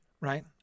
Right